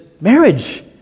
marriage